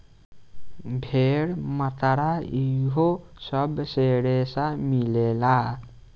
भेड़, मकड़ा इहो सब से रेसा मिलेला